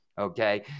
Okay